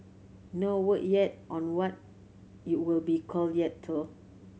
no word yet on what it'll be called yet though